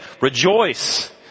rejoice